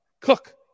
cook